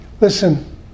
Listen